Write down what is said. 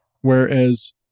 whereas